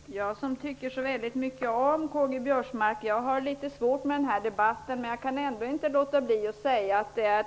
Herr talman! Jag, som tycker så väldigt mycket om Karl-Göran Biörsmark, har litet svårt med den här debatten, men jag kan inte låta bli att säga att hans sätt att